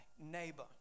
neighbor